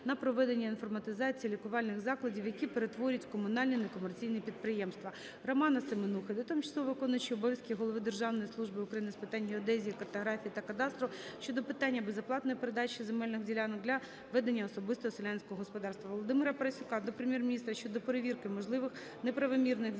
на проведення інформатизації лікувальних закладів, які перетворюються у комунальні некомерційні підприємства. Романа Семенухи до тимчасово виконуючого обов'язки голови Державної служби України з питань геодезії, картографії та кадастру щодо питання безоплатної передачі земельних ділянок для ведення особистого селянського господарства. Володимира Парасюка до Прем'єр-міністра щодо перевірки можливих неправомірних дій